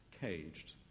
caged